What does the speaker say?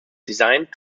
designed